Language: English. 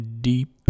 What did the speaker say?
Deep